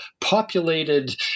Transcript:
populated